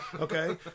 okay